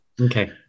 Okay